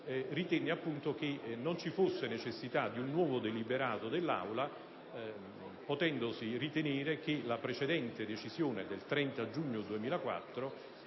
parlamentare, non ci fosse necessità di una nuova delibera dell'Aula, potendosi ritenere che la precedente decisione del 30 giugno 2004